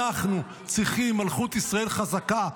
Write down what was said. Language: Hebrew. אנחנו צריכים מלכות ישראל חזקה,